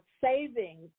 savings